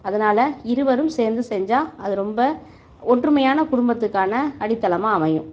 அதனால் இருவரும் சேர்ந்து செஞ்சால் அது ரொம்ப ஒற்றுமையான குடும்பத்துக்கான அடித்தளமாக அமையும்